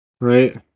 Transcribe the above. Right